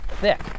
thick